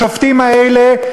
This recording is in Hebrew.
השופטים האלה,